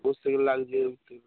লাগছে